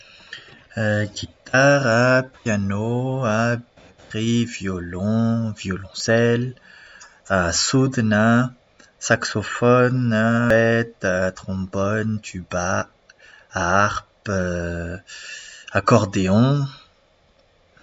Gitara, piano an, bateria, violon, violoncelle, sodina, saksofonina, -peta, trombonina, tioba, harpa, accordéon